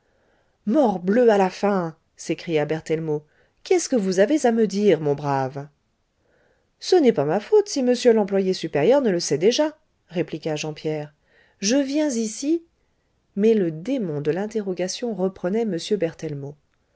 morbleu à la fin s'écria berthellemot qu'est-ce que vous avez à me dire mon brave ce n'est pas ma faute si m l'employé supérieur ne le sait déjà répliqua jean pierre je viens ici mais le démon de l'interrogation reprenait